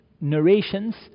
narrations